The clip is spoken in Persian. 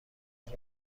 خود